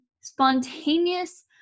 spontaneous